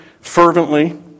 fervently